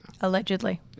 Allegedly